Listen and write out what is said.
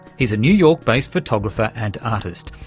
he's a new york based photographer and artist.